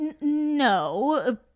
no